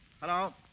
Hello